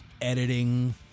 editing